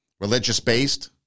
religious-based